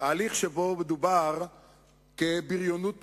ההליך שמדובר בו ב"בריונות פרלמנטרית",